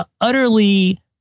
utterly